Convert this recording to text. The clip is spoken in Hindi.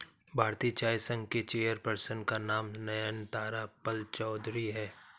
भारतीय चाय संघ के चेयर पर्सन का नाम नयनतारा पालचौधरी हैं